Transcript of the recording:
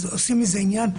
עושים מזה עניין?